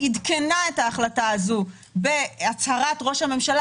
היא עדכנה את ההחלטה הזאת בהצהרת ראש הממשלה